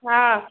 हाँ